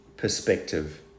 perspective